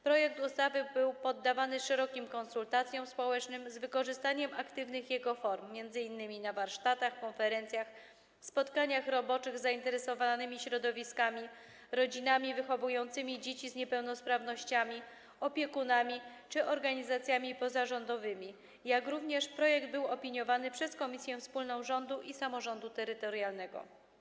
Projekt ustawy był poddawany szerokim konsultacjom społecznym z wykorzystaniem aktywnych jego form, m.in. na warsztatach, konferencjach, spotkaniach roboczych z zainteresowanymi środowiskami, rodzinami wychowującymi dzieci z niepełnosprawnościami, opiekunami czy organizacjami pozarządowymi, jak również projekt był opiniowany przez Komisję Wspólną Rządu i Samorządu Terytorialnego.